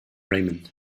raymond